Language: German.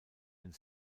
und